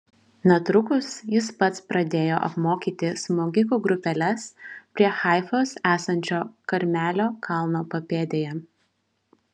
netrukus jis pats pradėjo apmokyti smogikų grupeles prie haifos esančio karmelio kalno papėdėje